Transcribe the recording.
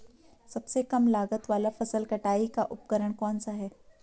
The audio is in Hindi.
सबसे कम लागत वाला फसल कटाई का उपकरण कौन सा है?